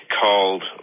called